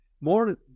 more